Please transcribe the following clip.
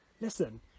Listen